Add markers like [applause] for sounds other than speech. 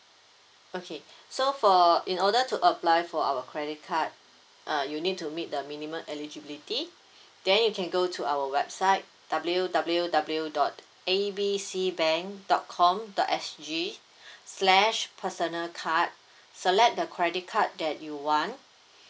okay so for in order to apply for our credit card uh you need to meet the minimum eligibility then you can go to our website W W W dot A B C bank dot com dot S _G [breath] slash personal card select the credit card that you want